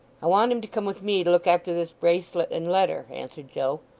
i want him to come with me to look after this bracelet and letter answered joe.